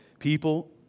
People